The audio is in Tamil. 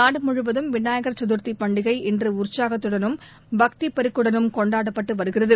நாடுமுழுவதும் விநாயகர் சதுர்த்திபண்டிகை இன்றுஉற்சாகத்துடனும் பக்திபெருக்குடனும் கொண்டாடப்பட்டுவருகிறது